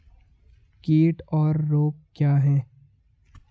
कीट और रोग क्या हैं?